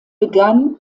begann